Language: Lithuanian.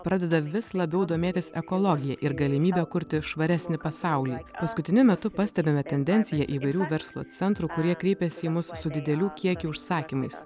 pradeda vis labiau domėtis ekologija ir galimybe kurti švaresnį pasaulį paskutiniu metu pastebime tendenciją įvairių verslo centrų kurie kreipiasi į mus su didelių kiekių užsakymais